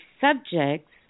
subjects